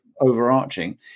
overarching